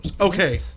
Okay